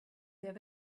there